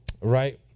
Right